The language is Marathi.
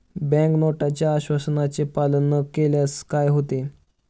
बँक नोटच्या आश्वासनाचे पालन न केल्यास काय होते?